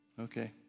Okay